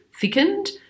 thickened